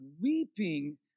weeping